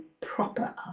proper